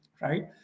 right